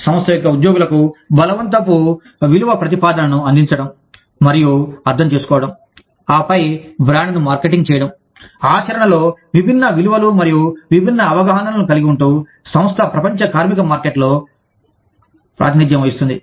సంస్థ యొక్క ఉద్యోగులకు బలవంతపు విలువ ప్రతిపాదనను అందించడం మరియు అర్థం చేసుకోవడం ఆపై బ్రాండ్ను మార్కెటింగ్ చేయడం ఆచరణలో విభిన్న విలువలు మరియు విభిన్న అవగాహనలను కలిగి ఉంటూ సంస్థ ప్రపంచ కార్మిక మార్కెట్లలో ప్రాతినిధ్యం వహిస్తుంది